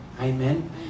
Amen